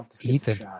Ethan